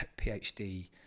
PhD